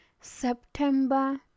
September